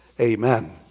Amen